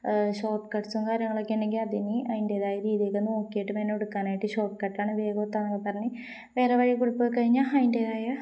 ഷോർട്ട്കട്സും കാര്യങ്ങളുമൊക്കെ ഉണ്ടെങ്കില് അതിന് അതിൻറേതായ രീതിയൊക്കെ നോക്കിയിട്ട് ഷോർട്ട്കട്ടാണ് വേഗമെത്തുകയെന്നൊക്കെ പറഞ്ഞ് വേറെ വഴിയില് കൂടി പോയിക്കഴിഞ്ഞാല് അതിൻറേതായ